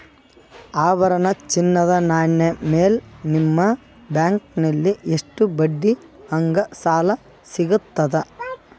ಆಭರಣ, ಚಿನ್ನದ ನಾಣ್ಯ ಮೇಲ್ ನಿಮ್ಮ ಬ್ಯಾಂಕಲ್ಲಿ ಎಷ್ಟ ಬಡ್ಡಿ ಹಂಗ ಸಾಲ ಸಿಗತದ?